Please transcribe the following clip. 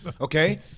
Okay